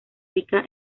rica